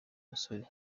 musore